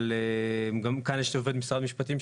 גם כאן יש עובד משרד המשפטים,